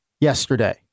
yesterday